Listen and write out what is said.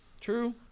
true